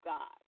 God